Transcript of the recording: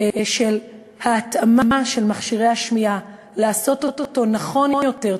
של התאמת מכשירי השמיעה: לעשות אותו נכון יותר,